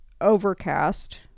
Overcast